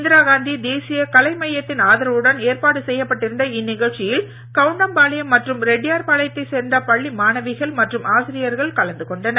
இந்திராகாந்தி தேசிய கலை மையத்தின் செய்யப்பட்டிருந்த ஆதரவுடன் ஏற்பாடு இந்நிகழ்ச்சியில் கவுண்டம்பாளையம் மற்றும் ரெட்டியார்பாளையத்தைச் சேர்ந்த பள்ளி மாணவிகள் மற்றும் ஆசிரியர்கள் கலந்து கொண்டனர்